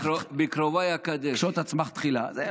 קשוט עצמך תחילה.